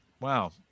Wow